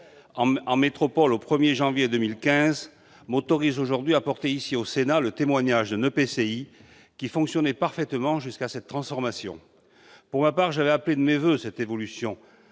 une métropole. Cette expérience m'autorise aujourd'hui à porter ici, au Sénat, le témoignage d'un EPCI qui fonctionnait parfaitement jusqu'à sa transformation. Pour ma part, j'avais appelé de mes voeux cette évolution,